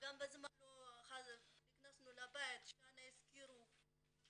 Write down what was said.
וגם לא נכנסנו בזמן לבית, השכירו שנה.